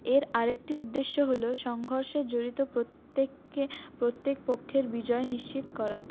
এর আরেকটি উদ্দেশ্য হল সংঘর্ষে জড়িত প্রত্যেককে প্রত্যেক পক্ষের বিজয় নিশ্চিত করা